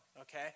okay